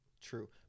True